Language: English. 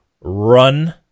run